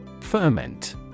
Ferment